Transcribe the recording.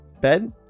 bed